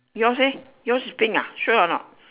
yours eh yours is pink ah sure or not